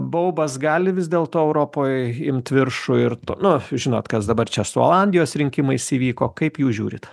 baubas gali vis dėlto europoj imt viršų ir nu žinot kas dabar čia su olandijos rinkimais įvyko kaip jūs žiūrit